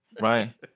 right